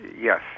yes